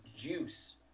juice